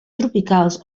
tropicals